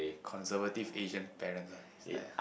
conservative Asian parents lah yeah